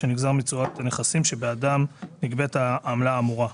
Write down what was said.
ושנגזר מתשואת הנכסים שבעדם נגבית העמלה האמורה.